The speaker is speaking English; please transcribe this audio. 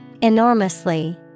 Enormously